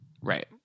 right